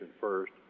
first